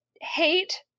hate